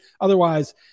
Otherwise